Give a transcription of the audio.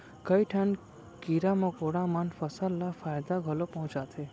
कई ठन कीरा मकोड़ा मन फसल ल फायदा घलौ पहुँचाथें